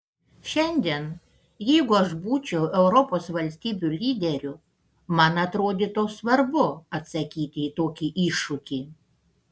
šiandien jeigu aš būčiau europos valstybių lyderiu man atrodytų svarbu atsakyti į tokį iššūkį